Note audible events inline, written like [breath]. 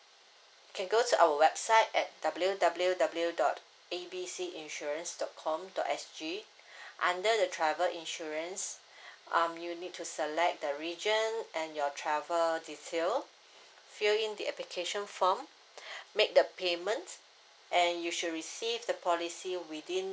you can go to our website at W W W dot A B C insurance dot com dot S G [breath] under the travel insurance [breath] um you need to select the region and your travel detail fill in the application form [breath] make the payments and you should receive the policy within